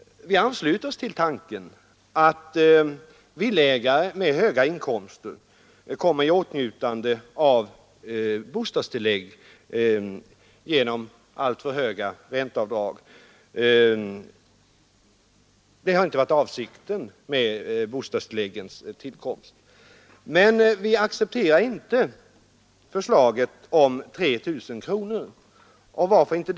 Vi delar uppfattningen att avsikten med bostadstilläggens tillkomst inte var att villaägare med höga inkomster genom alltför höga ränteavdrag skulle komma i åtnjutande av bostadstillägg. Men vi accepterar inte förslaget om begränsning av avdraget till 3 000 kronor.